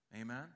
Amen